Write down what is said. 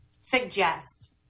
suggest